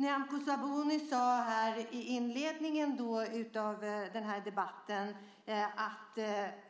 Nyamko Sabuni sade i inledningen av den här debatten att